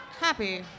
happy